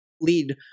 lead